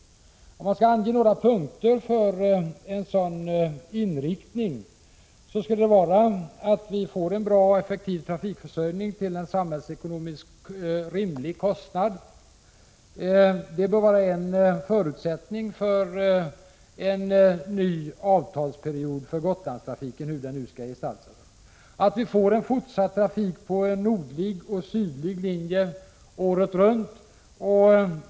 Om man skall ange några punkter för en sådan inriktning skulle det vara att en bra och effektiv trafikförsörjning till en samhällsekonomiskt sett rimlig kostnad bör vara en förutsättning för en ny avtalsperiod för Gotlandstrafiken — hur den nu skall gestalta sig. Fortsatt trafik på en nordlig och en sydlig linje året runt är en annan förutsättning.